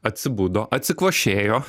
atsibudo atsikvošėjo